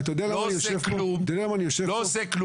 לא עושה כלום,